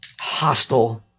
hostile